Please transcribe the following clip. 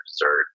dessert